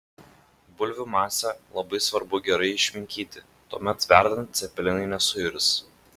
bulvių masę labai svarbu gerai išminkyti tuomet verdant cepelinai nesuirs